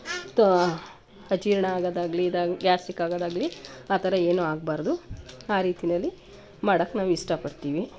ತ ಅಜೀರ್ಣ ಆಗೋದಾಗಲಿ ಇದಾ ಗ್ಯಾಸ್ಟಿಕ್ ಆಗೋದಾಗಲಿ ಆ ಥರ ಏನೂ ಆಗಬಾರ್ದು ಆ ರೀತಿಯಲ್ಲಿ ಮಾಡೋಕೆ ನಾವು ಇಷ್ಟಪಡ್ತೀವಿ